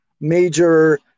major